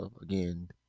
again